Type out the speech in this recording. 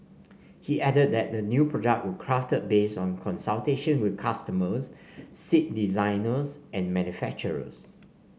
he added that the new product were crafted based on consultation with customers seat designers and manufacturers